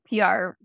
PR